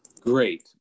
Great